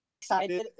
Excited